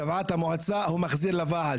היא תבעה את המועצה והוא מחזיר לוועד,